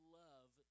love